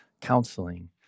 counseling